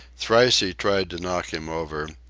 thrice he tried to knock him over,